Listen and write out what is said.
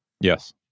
Yes